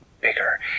bigger